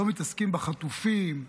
לא מתעסקים בחטופים,